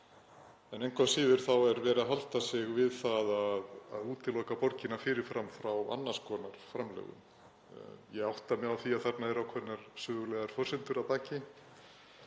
En engu að síður er verið að halda sig við það að útiloka borgina fyrir fram frá annars konar framlögum. Ég átta mig á því að það eru ákveðnar sögulegar forsendur að baki